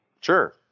Sure